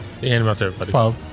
12